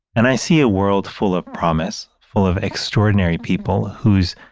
and i see a world full of promise, full of extraordinary people whose